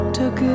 took